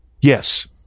yes